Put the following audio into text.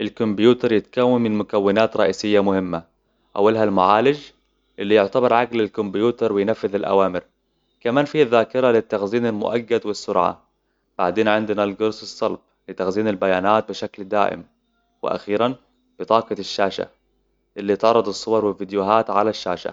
الكمبيوتر يتكون من مكونات رئيسية مهمة. أولها المعالج، اللي يعتبر عقل الكمبيوتر وينفذ الأوامر. كمان فيه ذاكرة للتخزين المؤقت والسرعة. بعدين عندنا القرص الصلب لتخزين البيانات بشكل دائم. وأخيراً، بطاقة الشاشة، اللي تعرض الصور والفيديوهات على الشاشة.